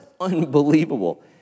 unbelievable